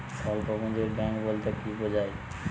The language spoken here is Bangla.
স্বল্প পুঁজির ব্যাঙ্ক বলতে কি বোঝায়?